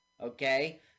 Okay